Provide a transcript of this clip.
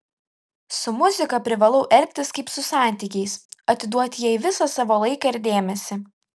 su muzika privalau elgtis kaip su santykiais atiduoti jai visą savo laiką ir dėmesį